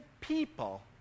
people